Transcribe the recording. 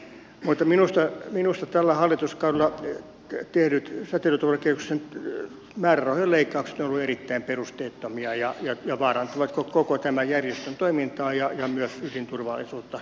mutta minusta tällä hallituskaudella tehdyt säteilyturvakeskuksen määrärahojen leikkaukset ovat olleet erittäin perusteettomia ja ne vaarantavat koko tämän järjestön toimintaa ja myös ydinturvallisuutta